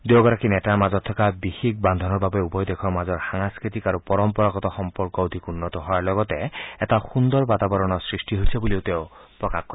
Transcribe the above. দুয়োগৰাকী নেতাৰ মাজত থকা বিশেষ বান্ধোনৰ বাবে উভয় দেশৰ মাজৰ সাংস্কৃতিক আৰু পৰম্পৰাগত সম্পৰ্ক অধিক উন্নত হোৱাৰ লগতে এটা সুন্দৰ বাতাবৰণৰ সৃষ্টি হৈছে বুলিও তেওঁ প্ৰকাশ কৰে